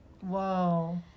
Whoa